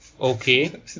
Okay